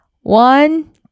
One